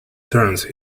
turns